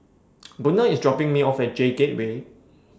Buna IS dropping Me off At J Gateway